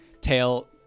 tail